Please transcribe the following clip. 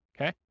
okay